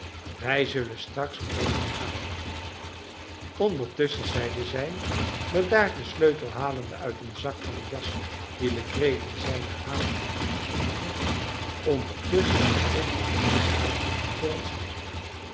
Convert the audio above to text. wij zullen straks naar boven gaan ondertusschen zeide zij bedaard een sleutel halende uit een zak van de jas die legree in zijne haast had neergesmeten ondertusschen zal ik wat reisgeld voor ons nemen